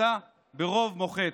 התמודדותה ברוב מוחץ.